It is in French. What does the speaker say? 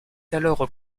alors